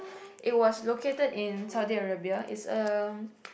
it was located in Saudi-Arabia it's a